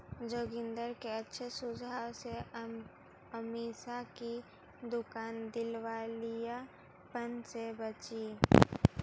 जोगिंदर के अच्छे सुझाव से अमीषा की दुकान दिवालियापन से बची